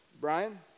Brian